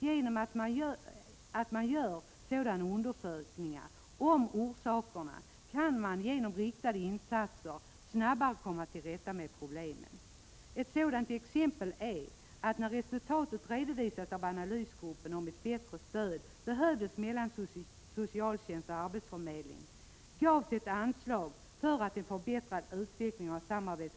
Genom att undersöka orsakerna till problemen kan man genom riktade insatser snabbare komma till rätta med dem. Jag kan ge ett exempel på det. När analysgruppen redovisade att det behövdes bättre samarbetsformer mellan socialtjänst och arbetsförmedling gavs ett anslag på 2 milj.kr. till det ändamålet.